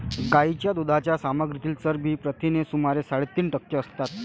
गायीच्या दुधाच्या सामग्रीतील चरबी प्रथिने सुमारे साडेतीन टक्के असतात